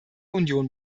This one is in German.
union